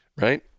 right